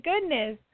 goodness